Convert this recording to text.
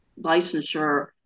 licensure